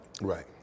Right